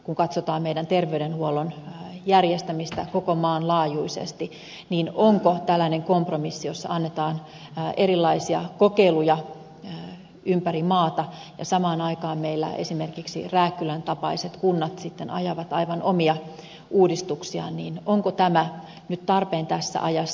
kun katsotaan meidän terveydenhuoltomme järjestämistä koko maan laajuisesti niin onko tällainen kompromissi jossa annetaan erilaisia kokeiluja ympäri maata ja samaan aikaan meillä esimerkiksi rääkkylän tapaiset kunnat sitten ajavat aivan omia uudistuksiaan nyt tarpeen tässä ajassa